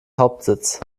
hauptsitz